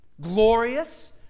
glorious